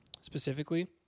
specifically